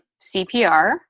CPR